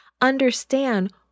understand